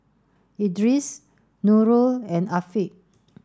Idris Nurul and Afiq